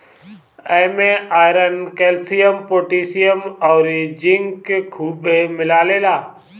इमे iron, calcium, potassium अउरी zinc खुबे मिलेला